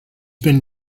been